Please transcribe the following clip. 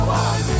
one